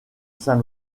saint